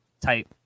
type